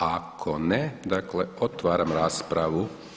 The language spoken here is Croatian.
Ako ne, dakle, otvaram raspravu.